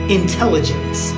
intelligence